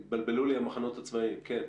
כן.